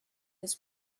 his